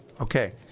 Okay